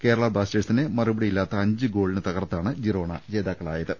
കേരളാ ബ്ലാസ്റ്റേഴ്സിനെ മറു പടിയില്ലാത്ത അഞ്ച് ഗോളിന് തകർത്താണ് ജിറോണ ജേതാക്കളായത്